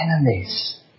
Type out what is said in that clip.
enemies